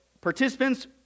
participants